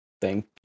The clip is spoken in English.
thank